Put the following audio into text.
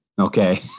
Okay